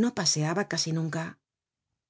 no paseaba casi nunca